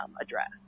address